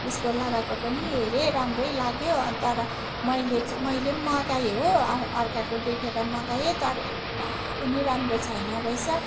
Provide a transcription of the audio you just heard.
उसको लगाएको पनि हेरेँ राम्रै लाग्यो अनि तर मैले चाहिँ मैले पनि मगाएँ हो अनि अर्काको देखेर मगाएँ तर एउटा पनि राम्रो छैन रहेछ